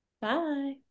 Bye